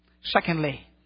Secondly